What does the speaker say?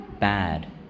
bad